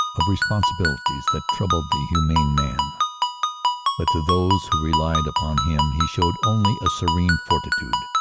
of responsibil ities that troubled the humane man but to those who relied upon him he showed only a serene fortitude,